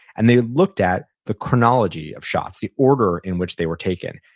and they looked at the chronology of shots, the order in which they were taken.